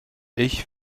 ich